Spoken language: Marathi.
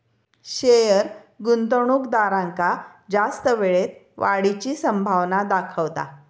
शेयर गुंतवणूकदारांका जास्त वेळेत वाढीची संभावना दाखवता